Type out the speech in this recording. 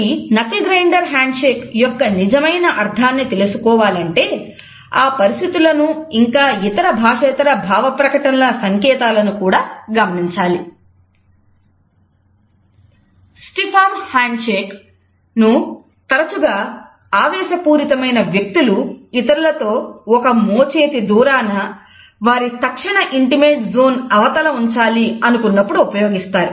కాబట్టి knuckle grinder సంకేతాలను కూడా గమనించాలి